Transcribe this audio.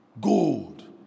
Gold